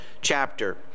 chapter